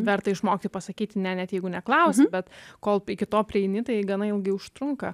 verta išmokti pasakyti ne net jeigu neklausia bet kol iki to prieini tai gana ilgai užtrunka